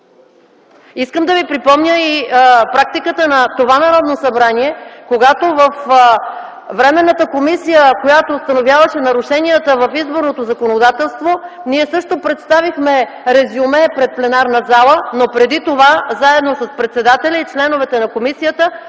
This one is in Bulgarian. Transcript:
Искам да Ви припомня и практиката на това Народно събрание, когато във временната комисия, която установяваше нарушенията в изборното законодателство, ние също представихме резюме пред пленарна зала, но преди това заедно с председателя и членовете на комисията